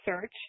search